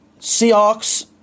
Seahawks